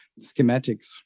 schematics